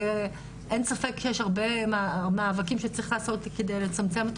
ואין ספק שיש הרבה מאבקים שצריך לעשות כדי לצמצם את